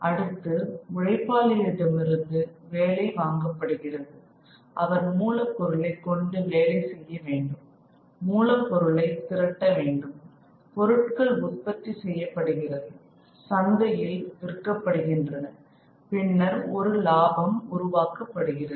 அடுத்து உழைப்பாளியிடமிருந்து வேலை வாங்கப்படுகிறது அவர் மூலப் பொருளைக் கொண்டு வேலை வேண்டும் மூலப்பொருளை திரட்ட வேண்டும் பொருட்கள் உற்பத்தி செய்யப்படுகிறது சந்தையில் விற்கப்படுகின்றன பின்னர் ஒரு லாபம் உருவாக்கப்படுகிறது